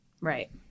Right